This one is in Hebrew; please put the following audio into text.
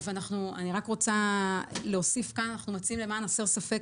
אני רק רוצה להוסיף כאן למען הסר ספק,